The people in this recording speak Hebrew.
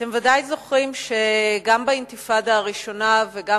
אתם ודאי זוכרים שגם באינתיפאדה הראשונה וגם